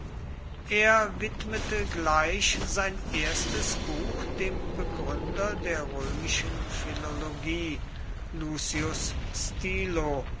er widmete gleich sein erstes buch dem begründer der römischen philologie lucius stilo